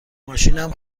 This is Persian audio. ماشینم